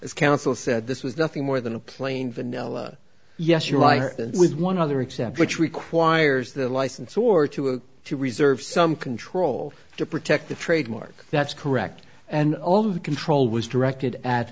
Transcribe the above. its counsel said this was nothing more than a plain vanilla yes you lie with one other except which requires the license or to it to reserve some control to protect the trademark that's correct and all of the control was directed at